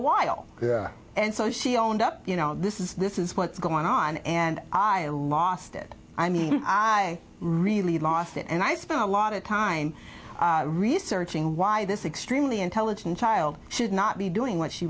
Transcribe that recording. while and so she owned up you know this is this is what's going on and i lost it i mean i really lost it and i spent a lot of time researching why this extremely intelligent child should not be doing what she